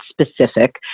specific